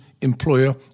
employer